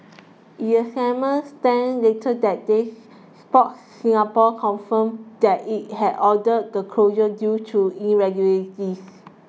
in a statement sent later that day Sport Singapore confirmed that it had ordered the closure due to irregularities